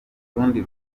rundi